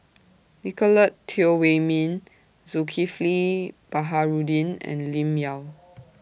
Nicolette Teo Wei Min Zulkifli Baharudin and Lim Yau